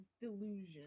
delusion